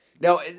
Now